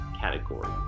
category